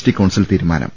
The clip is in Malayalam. ടി കൌൺസിൽ തീരുമാനം